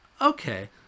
Okay